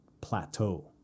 plateau